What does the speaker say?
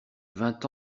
vingt